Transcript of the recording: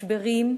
משברים,